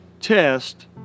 test